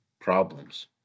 problems